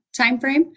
timeframe